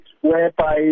whereby